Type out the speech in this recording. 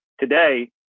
Today